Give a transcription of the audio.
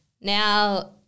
Now